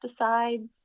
pesticides